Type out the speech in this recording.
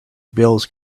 bills